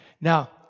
Now